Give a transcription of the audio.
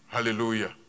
Hallelujah